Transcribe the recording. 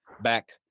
back